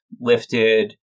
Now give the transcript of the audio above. lifted